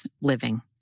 Living